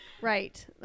right